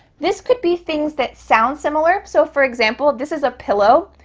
this could be things that sound similar. so for example, this is a pillow.